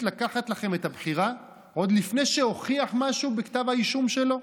לקחת לכם את הבחירה עוד לפני שהוכיח משהו בכתב האישום שלו?